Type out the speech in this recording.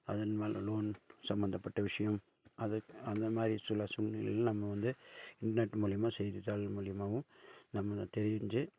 அதன் மேல் லோன் சம்பந்தப்பட்ட விஷயம் அதை அந்த மாதிரி எல்லா சூழ்நிலையிலையும் நம்ம வந்து இண்டர்நெட் மூலயமா செய்தித்தாள் மூலயமாவும் நம்ம தெரிஞ்சு